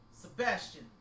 Sebastian